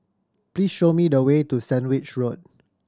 please show me the way to Sandwich Road